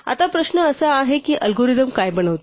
आता प्रश्न असा आहे की हे अल्गोरिदम काय बनवते